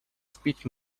speech